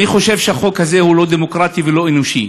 אני חושב שהחוק הזה הוא לא דמוקרטי ולא אנושי.